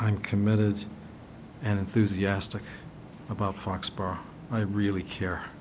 i'm committed and enthusiastic about foxborough i really care